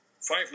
Five